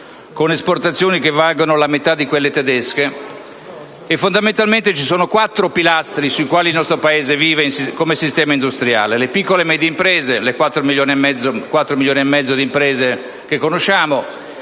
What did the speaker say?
con esportazioni che valgono la metà di quelle tedesche. Fondamentalmente ci sono quattro pilastri sui quali il nostro Paese vive come sistema industriale: le piccole e medie imprese (4,5 milioni di imprese che conosciamo);